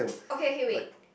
okay okay wait